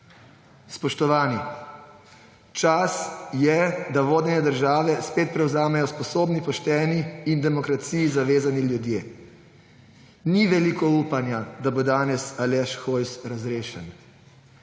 Spoštovani! Čas je, da vodenje države spet prevzamejo sposobni, pošteni in demokraciji zavezani ljudje. Ni veliko upanja, da bo danes Aleš Hojs razrešen,